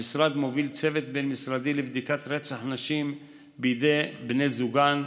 המשרד מוביל צוות בין-משרדי לבדיקת רצח נשים בידי בני זוגן,